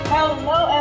Hello